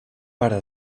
pare